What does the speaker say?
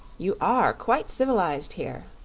you are quite civilized here.